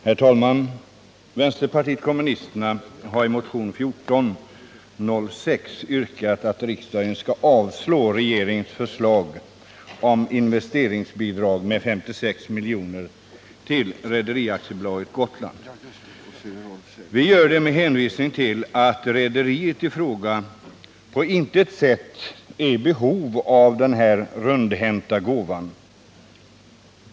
Herr talman! Vänsterpartiet kommunisterna har i motionen 1406 yrkat att riksdagen skall avslå regeringens förslag om investeringsbidrag med 56 milj.kr. till Rederi AB Gotland. Vi gör det med hänvisning till att rederiet i fråga på intet sätt är i behov av denna rundhänta gåva.